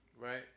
right